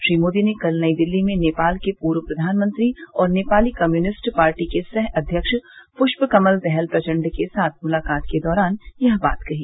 श्री मोदी ने कल नई दिल्ली में नेपाल के पूर्व प्रधानमंत्री और नेपाली कम्यूनिस्ट पार्टी के सह अध्यक्ष पूष्प कमल दहल प्रचंड के साथ मुलाकात के दौरान यह बात कही